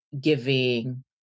giving